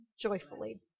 joyfully